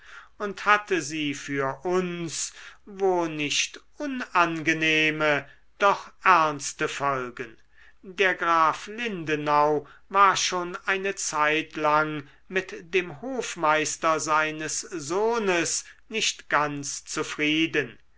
und hatte sie für uns wo nicht unangenehme doch ernste folgen der graf lindenau war schon eine zeitlang mit dem hofmeister seines sohnes nicht ganz zufrieden